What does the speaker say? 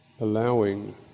allowing